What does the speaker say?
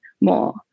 more